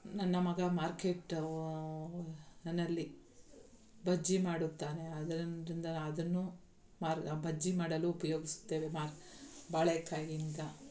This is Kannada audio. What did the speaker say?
ನನ್ನ ಮಗ ಮಾರ್ಕೇಟ್ ಅನಲ್ಲಿ ಬಜ್ಜಿ ಮಾಡುತ್ತಾನೆ ಅದರನ್ರಿಂದ ಅದನ್ನು ಮಾರ್ ಬಜ್ಜಿ ಮಾಡಲು ಉಪಯೋಗಿಸುತ್ತೇವೆ ಮಾರ್ ಬಾಳೆಕಾಯಿಯಿಂದ